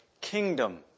kingdom